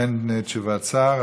אין תשובת שר,